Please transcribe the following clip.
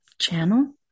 channel